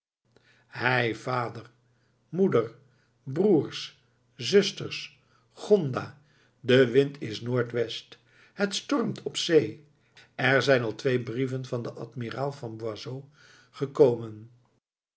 hei vader moeder broers zusters gonda de wind is noord-west het stormt op zee er zijn al twee brieven van den admiraal van boisot gekomen